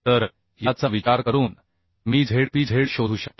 तर याचा विचार करून मी Z p z शोधू शकतो